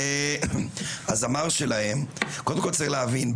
קודם כל צריך להבין,